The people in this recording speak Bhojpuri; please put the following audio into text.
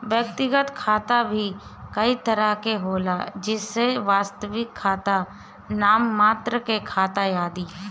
व्यक्तिगत खाता भी कई तरह के होला जइसे वास्तविक खाता, नाम मात्र के खाता आदि